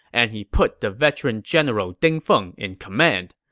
and he put the veteran general ding feng in command.